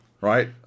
right